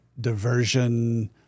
diversion